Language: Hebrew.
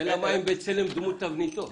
השאלה מה עם בצלם דמות תבניתו.